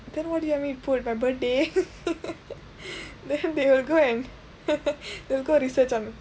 then what do you mean put my birthday then they will go they'll go and research on